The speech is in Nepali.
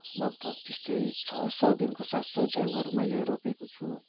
लगभग त्यस्तै छ सौदेखिको सात यौ झ्याङहरू मैले रोपेको छु